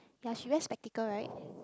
ya she wear spectacle right